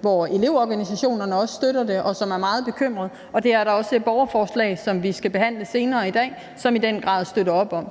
hvor elevorganisationerne støtter det, og de er meget bekymrede, og der er også et borgerforslag, som vi skal behandle senere i dag, som i den grad støtter op om